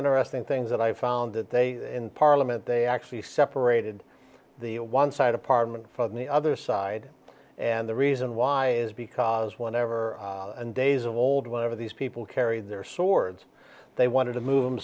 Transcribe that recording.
interesting things that i found that they in parliament they actually separated the one side apartment from the other side and the reason why is because whenever and days of old whenever these people carried their swords they wanted to move